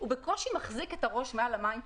הוא בקושי מחזיק את הראש מעל המים,